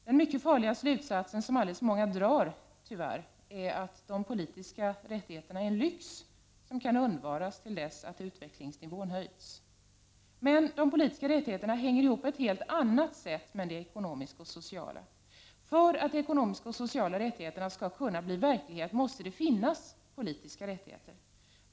Den mycket farliga slutsats som alltför många tyvärr drar är att de politiska rättigheterna är en lyx som kan undvaras till dess att utvecklingsnivån höjts. Men de politiska rättigheterna hänger ihop på ett helt annat sätt med de ekonomiska och sociala. För att de ekonomiska och sociala rättigheterna skall kunna bli verklighet måste det finnas politiska rättigheter.